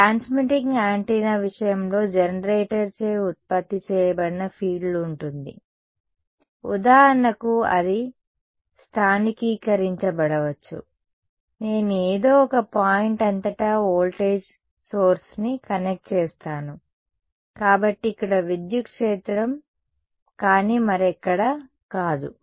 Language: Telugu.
ట్రాన్స్మిటింగ్ యాంటెన్నా విషయంలో జనరేటర్ చే ఉత్పత్తి చేయబడిన ఫీల్డ్ ఉంటుంది ఉదాహరణకు అది స్థానికీకరించబడవచ్చు నేను ఏదో ఒక పాయింట్ అంతటా వోల్టేజ్ సోర్స్ ని కనెక్ట్ చేస్తాను కాబట్టి ఇక్కడ విద్యుత్ క్షేత్రం కానీ మరెక్కడా కాదు